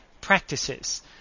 practices